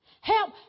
Help